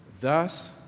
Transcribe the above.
thus